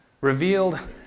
revealed